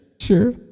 Sure